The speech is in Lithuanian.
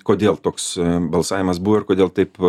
kodėl toks balsavimas buvo ir kodėl taip